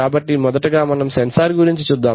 కాబట్టి మొదటగా మనం సెన్సార్ గురించి చూద్దాం